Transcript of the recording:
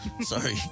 Sorry